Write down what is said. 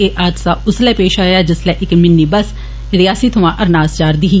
एह हादसा उस्सलै पेश आया जिस्सलै इक मिनी बस रियासी सोयां अरनास जा'रदी ही